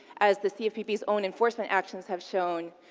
as the cfpb's own enforcement actions have shown,